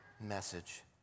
message